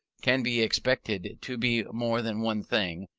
can be expected to be more than one thing,